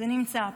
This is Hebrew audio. זה נמצא פה.